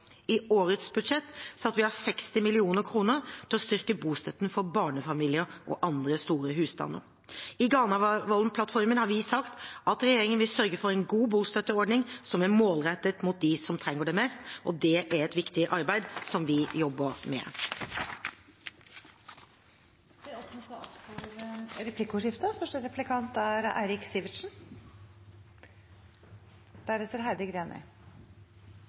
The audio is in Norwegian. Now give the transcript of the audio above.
I årets budsjett satte vi av 60 mill. kr til å styrke bostøtten for barnefamilier og andre store husstander. I Granavolden-plattformen har vi sagt at regjeringen vil «sørge for en god bostøtteordning som er målrettet mot dem som trenger den mest». Det er et viktig arbeid som vi jobber med. Det blir replikkordskifte. La meg få starte med å takke statsråden for